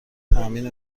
تأمین